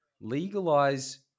Legalize